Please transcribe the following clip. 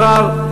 מע'אר,